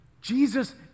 jesus